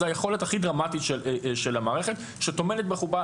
זו היכולת הכי דרמטית של המערכת שטומנת בחובה